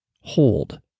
Hold